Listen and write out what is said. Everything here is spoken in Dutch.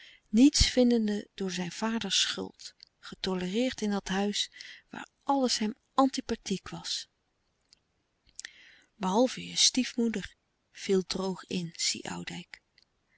niets vindende door zijn vaders schuld getolereerd in dat huis waar alles hem antipathiek was behalve je stiefmoeder viel droog in si oudijck